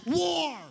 war